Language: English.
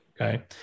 Okay